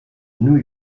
new